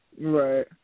Right